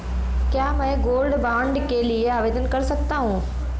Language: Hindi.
क्या मैं गोल्ड बॉन्ड के लिए आवेदन कर सकता हूं?